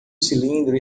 cilindro